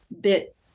bit